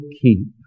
keep